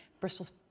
Bristol's